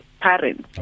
parents